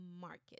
market